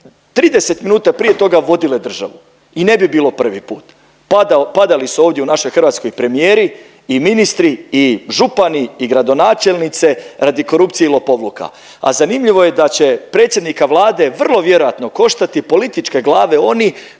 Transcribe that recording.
30 minuta prije toga vodile državu i ne bi bilo prvi put. Padali su ovdje u našoj Hrvatskoj premijeri i ministri i župani i gradonačelnice radi korupcije i lopovluka. A zanimljivo je da će predsjednika Vlade vrlo vjerojatno koštati političke glave oni